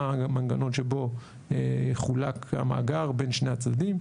מה המנגנון שבו יחולק המאגר בין שני הצדדים,